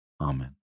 amen